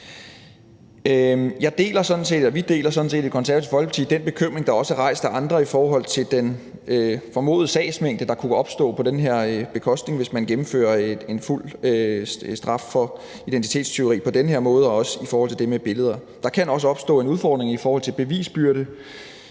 deler sådan set den bekymring, der også er rejst af andre, om den formodede sagsmængde, der kunne opstå på den her bekostning, hvis man gennemfører en fuld straf for identitetstyveri på den her måde, også i forhold til det med billeder. Der kan også opstå en udfordring i forhold til bevisbyrden,